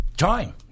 time